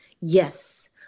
Yes